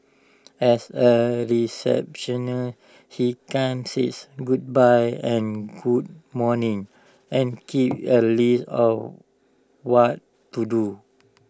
as A receptionist he can says goodbye and good morning and keep A list of what to do